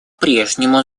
прежнему